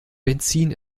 benzin